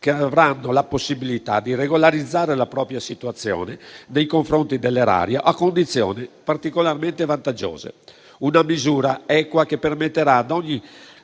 che avranno la possibilità di regolarizzare la propria situazione nei confronti dell'erario a condizioni particolarmente vantaggiose. Si tratta di una misura equa, che permetterà ad un